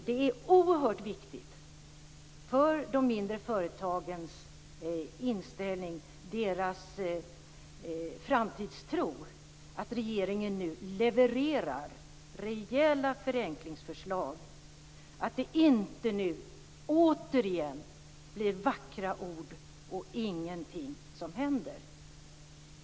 Det är oerhört viktigt för de mindre företagens inställning och deras framtidstro att regeringen nu levererar rejäla förenklingsförslag så att det inte nu återigen blir vackra ord och ingenting som händer.